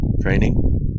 training